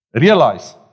Realize